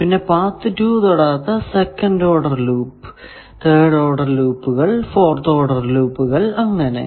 പിന്നെ പാത്ത് 2 തൊടാത്ത second order loop third order ലൂപ്പുകൾ ഫോർത് ഓർഡർ ലൂപ്പുകൾ അങ്ങനെ